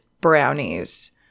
Brownies